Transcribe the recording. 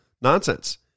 nonsense